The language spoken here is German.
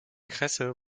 kresse